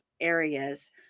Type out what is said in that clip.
areas